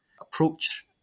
approach